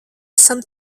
esam